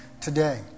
today